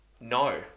No